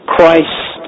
Christ